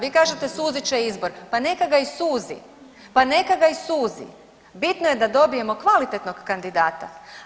Vi kažete suzit će izbor, pa neka ga i suzi, pa neka ga i suzi, bitno je dobijemo kvalitetnog kandidata.